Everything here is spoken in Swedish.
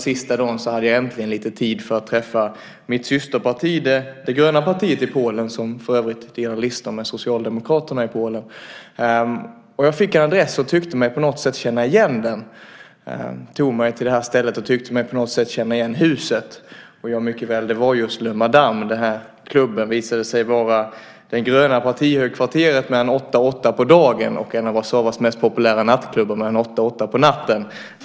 Sista dagen hade jag äntligen lite tid för att träffa mitt systerparti, det gröna partiet i Polen som för övrigt delar lista med socialdemokraterna i Polen. Jag fick en adress och tyckte mig på något sätt känna igen den. Jag tog mig till stället och tyckte mig på något sätt känna igen huset. Det var just Le Madame. Klubben visade sig vara det gröna partihögkvarteret mellan åtta och åtta på dagen och en av Warszawas mest populära nattklubbar mellan åtta och åtta på natten.